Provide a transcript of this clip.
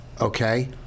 Okay